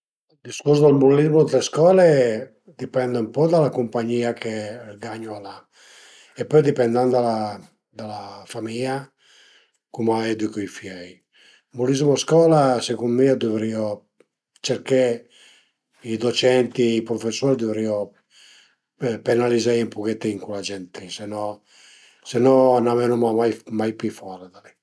Ël discurs dël bullizmo ën le scole dipend ën po da la cumpagnìa che ël gagnu al a e pöi a dipend tant da la da la famìa cum a edücu i fiöi. Ël bullizmo a scola secund mi a duvriu cerché, i docenti e i prufesur a duvrìu penalizé ën puchetin cula gent li se no se no ën venuma mai pi fora da li